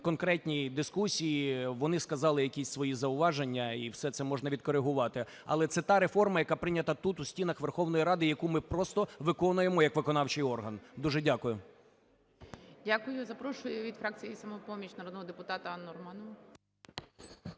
в конкретній дискусії, вони сказали якісь свої зауваження і все це можна відкоригувати. Але це та реформа, яка прийнята тут, у стінах Верховної Ради, яку ми просто виконуємо як виконавчий орган. Дуже дякую. ГОЛОВУЮЧИЙ. Дякую. Запрошую від фракції "Самопоміч" народного депутата Анну Романову.